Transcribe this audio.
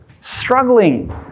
struggling